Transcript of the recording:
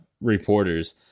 reporters